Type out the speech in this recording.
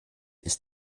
ist